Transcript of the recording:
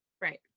Right